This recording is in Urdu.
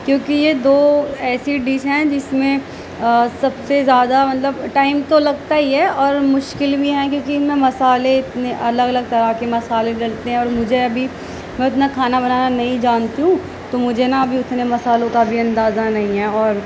کیونکہ یہ دو ایسی ڈش ہیں جس میں سب سے زیادہ مطلب ٹائم تو لگتا ہی ہے اور مشکل بھی ہیں کیونکہ ان میں مسالے اتنے الگ الگ طرح کے مسالے ڈلتے ہیں اور مجھے ابھی میں اتنا کھانا بنانا نہیں جانتی ہوں تو مجھے نہ ابھی اتنے مسالوں کا بھی اندازہ نہیں ہے اور